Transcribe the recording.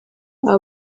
aba